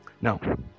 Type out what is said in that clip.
No